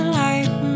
life